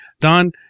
Don